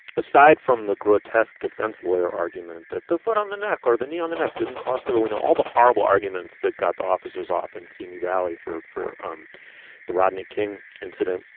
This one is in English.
aside from the grotesque defense lawyer argument that the foot on the neck or the knee on the neck didn't cost the. but we know all the horrible arguments that got the officers off in simi valley for for um the rodney king incident,